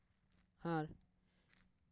ᱟᱨ